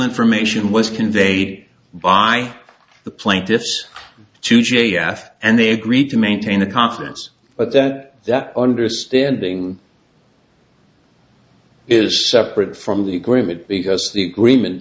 information was conveyed by the plaintiffs to j f and they agreed to maintain the confidence but that that understanding is separate from the agreement because the agreement